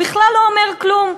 הוא בכלל לא אומר כלום,